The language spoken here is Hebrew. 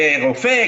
כרופא,